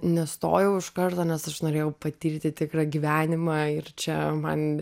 nestojau iš karto nes aš norėjau patirti tikrą gyvenimą ir čia man